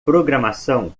programação